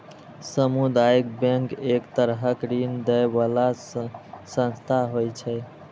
सामुदायिक बैंक एक तरहक ऋण दै बला संस्था होइ छै